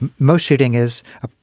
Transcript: and most shooting is a,